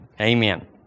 Amen